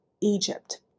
Egypt